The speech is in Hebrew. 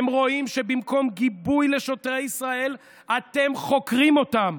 הם רואים שבמקום גיבוי לשוטרי ישראל אתם חוקרים אותם,